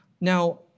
Now